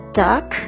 duck